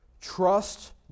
trust